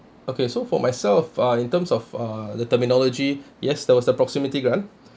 okay so for myself uh in terms of uh the terminology yes there was a proximity grant